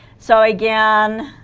so again